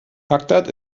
bagdad